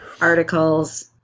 Articles